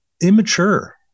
immature